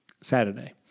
Saturday